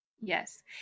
Yes